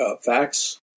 facts